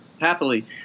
happily